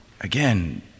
Again